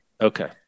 Okay